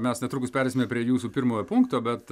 mes netrukus pereisime prie jūsų pirmojo punkto bet